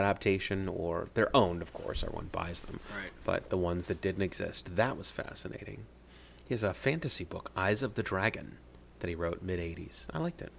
optician or their own of course i one buys them right but the ones that didn't exist that was fascinating is a fantasy book eyes of the dragon that he wrote mid eighty's i liked it